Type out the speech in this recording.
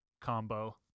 combo